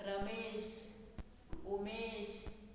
Ramesh Umesh